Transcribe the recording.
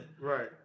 Right